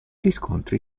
riscontri